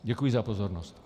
Děkuji za pozornost.